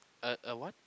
a a what